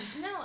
No